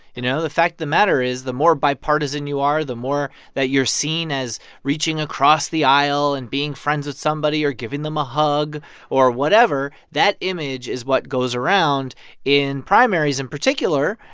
you know, the fact of the matter is the more bipartisan you are, the more that you're seen as reaching across the aisle and being friends with somebody or giving them a hug or whatever. that image is what goes around in primaries in particular.